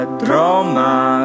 drama